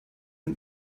man